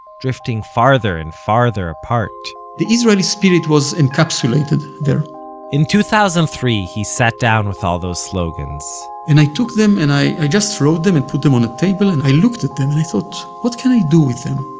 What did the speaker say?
drifting farther and farther apart the israeli spirit was encapsulated there in two thousand and three, he sat down with all those slogans and i took them, and i just wrote them, and put them on a table, and i looked at them and i thought, what can i do with them?